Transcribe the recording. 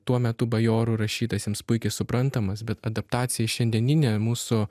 tuo metu bajorų rašytas jums puikiai suprantamas bet adaptacija į šiandieninę mūsų